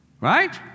Right